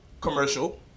Commercial